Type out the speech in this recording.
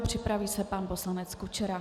Připraví se pan poslanec Kučera.